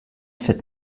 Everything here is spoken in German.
fährt